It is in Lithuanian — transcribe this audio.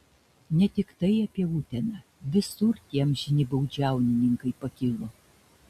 ne tiktai apie uteną visur tie amžini baudžiauninkai pakilo